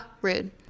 rude